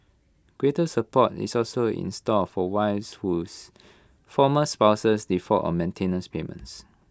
greater support is also in store for wives whose former spouses default on maintenance payments